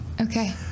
okay